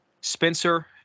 Spencer